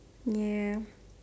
ya